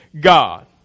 God